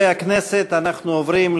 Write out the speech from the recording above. נעבור להצעות